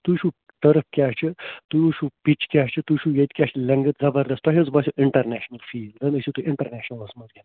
تُہۍ وٕچھو ٹٔرٕف کیٛاہ چھُ تُہۍ وٕچھو پِچ کیٛاہ چھُ تُہۍ وٕچھو ییٚتہِ کیٛاہ چھِ لٮ۪نٛگٕتھ زَبَردَست تۄہہِ حظ باسیو اِنٹَرنیشنَل فیٖل زَنہٕ ٲسِو تُہۍ اِنٹَرنیشنَلَس منٛز